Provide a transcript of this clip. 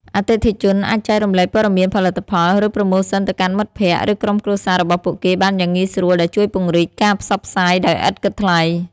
អតិថិជនអាចចែករំលែកព័ត៌មានផលិតផល ឬប្រូម៉ូសិនទៅកាន់មិត្តភក្តិ ឬក្រុមគ្រួសាររបស់ពួកគេបានយ៉ាងងាយស្រួល ដែលជួយពង្រីកការផ្សព្វផ្សាយដោយឥតគិតថ្លៃ។